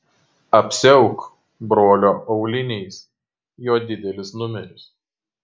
apsiauk brolio auliniais jo didelis numeris